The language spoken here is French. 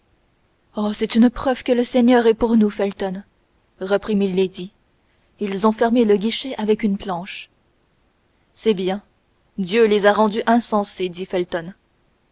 oh c'est une preuve que le seigneur est pour nous felton reprit milady ils ont fermé le guichet avec une planche c'est bien dieu les a rendus insensés